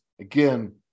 again